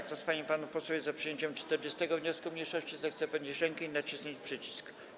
Kto z pań i panów posłów jest za przyjęciem 40. wniosku mniejszości, zechce podnieść rękę i nacisnąć przycisk.